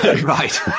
right